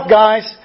guys